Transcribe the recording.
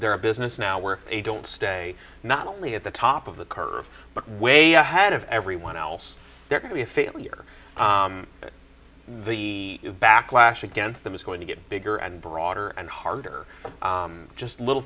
a business now where they don't stay not only at the top of the curve but way ahead of everyone else they're going to be a failure the backlash against them is going to get bigger and broader and harder just little